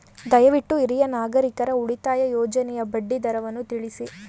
ದಯವಿಟ್ಟು ಹಿರಿಯ ನಾಗರಿಕರ ಉಳಿತಾಯ ಯೋಜನೆಯ ಬಡ್ಡಿ ದರವನ್ನು ತಿಳಿಸಿ